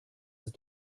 ist